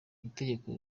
itegeko